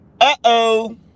Uh-oh